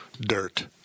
Dirt